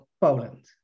Poland